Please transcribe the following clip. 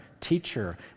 teacher